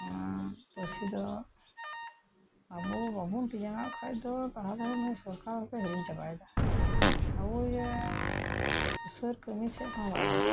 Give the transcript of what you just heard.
ᱱᱚᱣᱟ ᱯᱟᱹᱨᱥᱤ ᱫᱚ ᱟᱵᱚ ᱵᱟᱵᱚᱱ ᱛᱤ ᱡᱟᱸᱜᱟᱣᱟᱜ ᱠᱷᱟᱡ ᱫᱚ ᱛᱟᱦᱞᱮ ᱱᱩᱭ ᱥᱚᱨᱠᱟᱨ ᱜᱮᱭ ᱦᱤᱲᱤᱧ ᱪᱟᱵᱟᱭᱮᱫᱟ ᱟᱵᱚ ᱡᱮ ᱥᱩᱥᱟᱹᱨ ᱠᱟᱹᱢᱤ ᱥᱮᱡ ᱦᱚᱸ ᱵᱟᱭ ᱞᱟᱦᱟᱜ